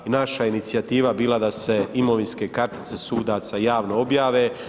I naša inicijativa je bila da se imovinske kartice sudaca javno objave.